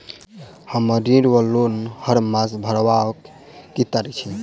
हम्मर ऋण वा लोन हरमास भरवाक की तारीख अछि?